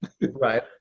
right